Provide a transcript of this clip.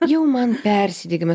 jau man persidegimas